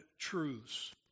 truths